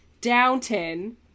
Downton